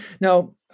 Now